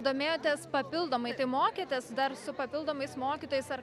domėjotės papildomai tai mokėtės dar su papildomais mokytojais ar